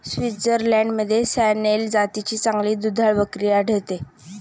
स्वित्झर्लंडमध्ये सॅनेन जातीची चांगली दुधाळ बकरी आढळते